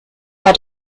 war